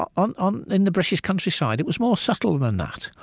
ah and um in the british countryside, it was more subtle than that.